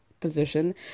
Position